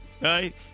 Right